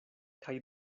kaj